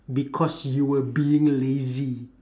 because you were being lazy